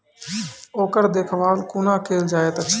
ओकर देखभाल कुना केल जायत अछि?